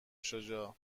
شجاع